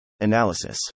Analysis